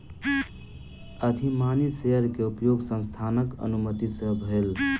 अधिमानी शेयर के उपयोग संस्थानक अनुमति सॅ भेल